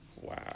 Wow